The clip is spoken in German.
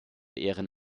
ehren